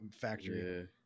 factory